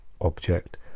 object